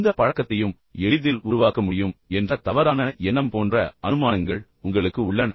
எந்தவொரு பழக்கத்தையும் எளிதில் உருவாக்க முடியும் என்ற தவறான எண்ணத்தை நீங்கள் கொண்டிருப்பது போன்ற நிறைய அனுமானங்கள் உங்களுக்கு உள்ளன